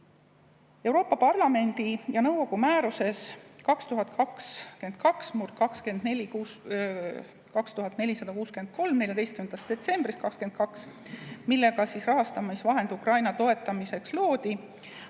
Euroopa Parlamendi ja nõukogu määruses 2022/2463 14. detsembrist 2022, millega rahastamisvahend Ukraina toetamiseks loodi,